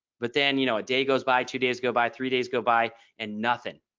but then you know a day goes by two days go by three days go by and nothing.